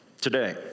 today